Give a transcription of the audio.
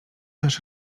też